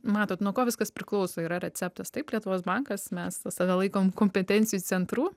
matot nuo ko viskas priklauso yra receptas taip lietuvos bankas mes save laikom kompetencijų centru